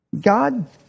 God